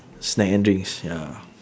snack and drinks ya